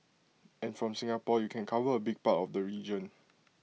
and from Singapore you can cover A big part of the region